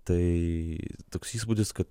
tai toks įspūdis kad